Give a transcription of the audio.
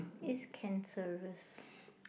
is cancerous